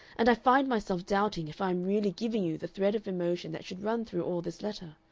and i find myself doubting if i am really giving you the thread of emotion that should run through all this letter.